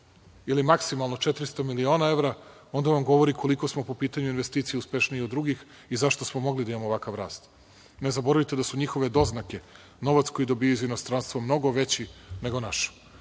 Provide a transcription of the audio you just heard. ili maksimalno 400 miliona evra, onda vam to govori koliko smo po pitanju investicija uspešniji od drugih i zašto smo mogli da imamo ovakav rast. Ne zaboravite da su njihove doznake, novac koji dobijaju iz inostranstva, mnogo veći nego kod